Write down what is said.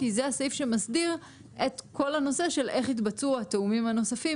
כי זה הסעיף שמסדיר את כל הנושא של איך יתבצעו התיאומים הנוספים,